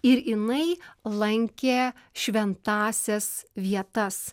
ir jinai lankė šventąsias vietas